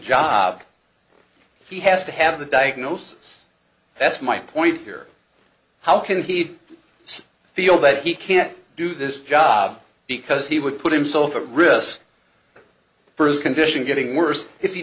job he has to have the diagnosis that's my point here how can he feel that he can't do this job because he would put himself at risk for his condition getting worse if he